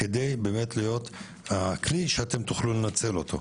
על מנת באמת להיות הכלי שאתם תוכלו לנצל אותו.